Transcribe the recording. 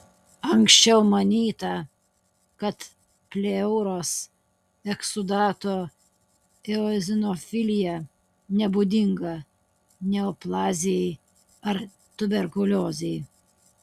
anksčiau manyta kad pleuros eksudato eozinofilija nebūdinga neoplazijai ar tuberkuliozei